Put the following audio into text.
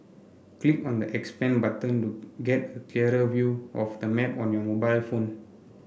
click on the 'expand' button to get a clearer view of the map on your mobile phone